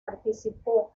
participó